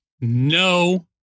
No